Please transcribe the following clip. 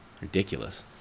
Ridiculous